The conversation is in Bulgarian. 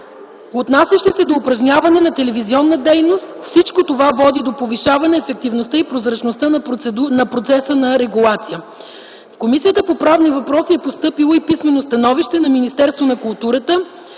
отнасящи се до упражняване на телевизионна дейност. Всичко това води до повишаване ефективността и прозрачността на процеса на регулация. В Комисията по правни въпроси е постъпило и писмено становище на Министерството на културата,